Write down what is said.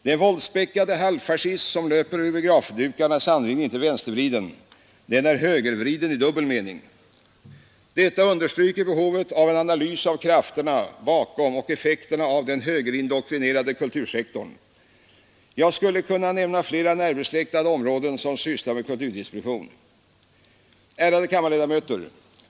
Den våldsspäckade halvfascism som löper över biografdukarna är sannerligen inte vänstervriden; den är i stället högervriden i dubbel mening! Detta understryker behovet av en analys av krafterna bakom och effekterna av den högerindoktrinerade kultursektorn. Jag skulle kunna nämna fler närbesläktade områden som sysslar med kulturdistribution. Ärade kammarledamöter!